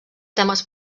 temes